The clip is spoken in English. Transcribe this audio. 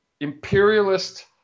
imperialist